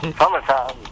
summertime